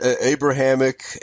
Abrahamic